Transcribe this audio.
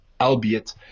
albeit